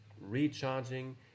recharging